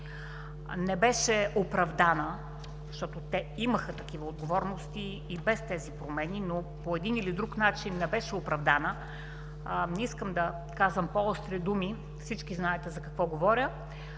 не беше оправдана, защото те имаха такива отговорности и без тези промени, но по един или друг начин не беше оправдана, не искам да казвам по-остри думи – всички знаете за какво говоря,